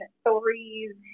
stories